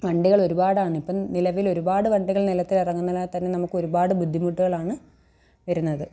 വണ്ടികൾ ഒരുപാടാണ് ഇപ്പോള് നിലവിൽ ഒരുപാട് വണ്ടികൾ നിരത്തിൽ ഉറങ്ങുന്നതിനാൽ തന്നെ നമക്ക് ഒരുപാട് ബുദ്ധിമുട്ടുകളാണ് വരുന്നത്